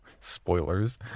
spoilers